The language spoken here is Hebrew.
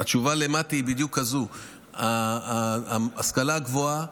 התשובה למטי היא בדיוק כזאת: ההשכלה הגבוהה,